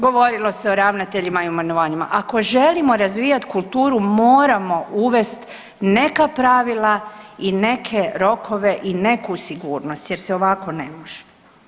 Govorilo se o ravnateljima i imenovanjima, ako želimo razvijati kulturu, moramo uvesti neka pravila i neke rokove i neku sigurnost jer se ovako ne može.